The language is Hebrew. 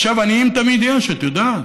עניים תמיד יש, את יודעת.